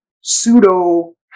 pseudo